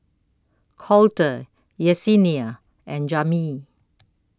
Colter Yesenia and Jami